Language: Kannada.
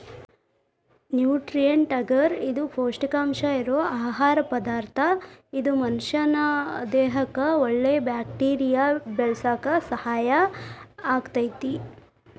ನ್ಯೂಟ್ರಿಯೆಂಟ್ ಅಗರ್ ಇದು ಪೌಷ್ಟಿಕಾಂಶ ಇರೋ ಆಹಾರ ಪದಾರ್ಥ ಇದು ಮನಷ್ಯಾನ ದೇಹಕ್ಕಒಳ್ಳೆ ಬ್ಯಾಕ್ಟೇರಿಯಾ ಬೆಳ್ಯಾಕ ಸಹಾಯ ಆಗ್ತೇತಿ